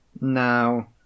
Now